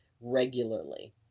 regularly